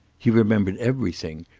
he remembered everything,